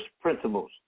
principles